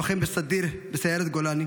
לוחם בסדיר בסיירת גולני,